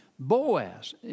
Boaz